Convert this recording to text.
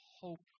hope